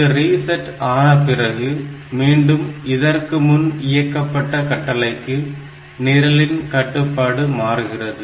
இது ரீசெட் ஆனபிறகு மீண்டும் இதற்கு முன் இயக்கப்பட்ட கட்டளைக்கு நிரலின் கட்டுப்பாடு மாறுகிறது